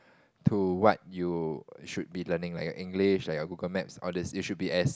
to what you should be learning like your English like your Google Maps all these you should as